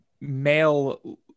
male